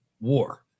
war